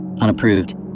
Unapproved